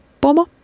pomo